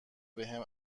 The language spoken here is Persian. بهم